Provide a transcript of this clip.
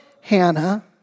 Hannah